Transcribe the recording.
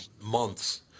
months